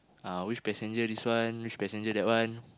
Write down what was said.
uh which passenger this one which passenger that one